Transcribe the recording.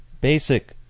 basic